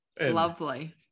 lovely